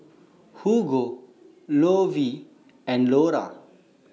Hugo Lovie and Lora